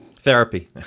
Therapy